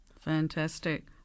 Fantastic